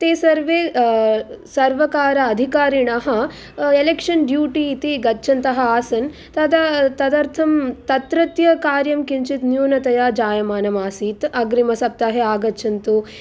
ते सर्वे सर्वकार अधिकारिणः एलेक्शन् ड्यूटी इति गच्छन्तः आसन् तदा तदर्थं तत्रत्यकार्यं किञ्चित् न्यूनतया जायमानम् आसीत् अग्रिमसप्ताहे आगच्छन्तु